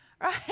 right